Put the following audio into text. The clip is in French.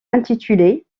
intitulé